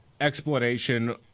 explanation